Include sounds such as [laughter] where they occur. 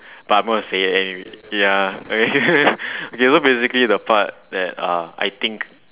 but I gonna say it anyway ya okay [laughs] okay so basically the part that uh I think